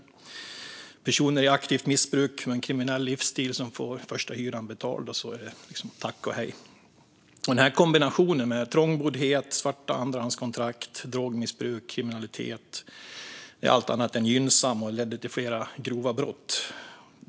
Personer i aktivt missbruk och med en kriminell livsstil fick första hyran betald - sedan var det tack och hej. Kombinationen av trångboddhet, svarta andrahandskontrakt, drogmissbruk och kriminalitet var allt annat än gynnsam och ledde till flera grova brott.